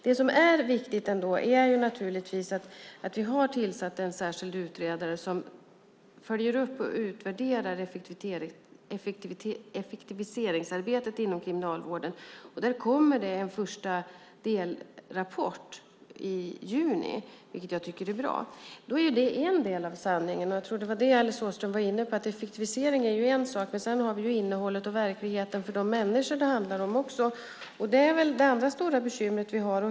Det viktiga är att vi har tillsatt en särskild utredare som följer upp och utvärderar effektiviseringsarbetet inom Kriminalvården. Det kommer en första delrapport i juni, vilket jag tycker är bra. Det är en del av sanningen, och jag tror att det var det Alice Åström var inne på. Effektivisering är en sak, men sedan har vi innehållet och verkligheten för de människor det handlar om också. Det är det andra stora bekymret vi har.